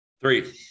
three